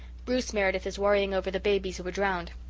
bruce meredith is worrying over the babies who were drowned.